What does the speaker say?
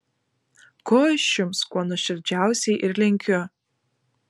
ko aš jums kuo nuoširdžiausiai ir linkiu